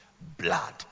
Blood